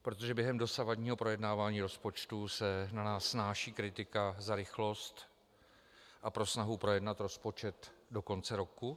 Protože během dosavadního projednávání rozpočtu se na nás snáší kritika za rychlost a pro snahu projednat rozpočet do konce roku.